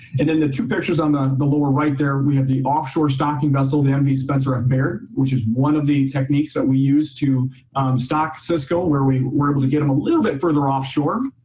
and then the two pictures on the the lower right there, we have the offshore stocking vessel, the um mv spencer f. baird, which is one of the techniques that we use to stock cisco where we where but we get them a little bit further off shore.